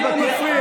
אל תתווכח.